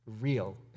real